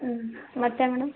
ಹ್ಞ್ ಮತ್ತೆ ಮೇಡಮ್